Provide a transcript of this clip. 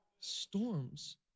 Storms